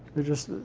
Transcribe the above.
it just.